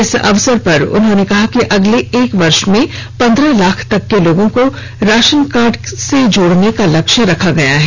इस अवसर पर उन्होंने कहा कि अगले एक वर्ष में पंद्रह लाख तक के लोगों को राशन कार्ड से जोड़ने को लक्ष्य रखा गया है